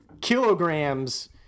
kilograms